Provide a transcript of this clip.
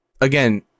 again